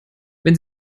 wenn